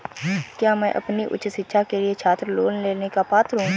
क्या मैं अपनी उच्च शिक्षा के लिए छात्र लोन लेने का पात्र हूँ?